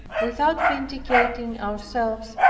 without vindicating ourselves,